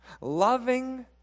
loving